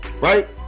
right